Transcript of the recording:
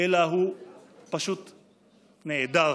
אלא הוא פשוט נעדר.